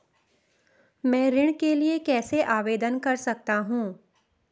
मैं ऋण के लिए कैसे आवेदन कर सकता हूं?